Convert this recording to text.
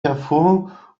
hervor